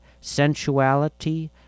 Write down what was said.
sensuality